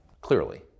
Clearly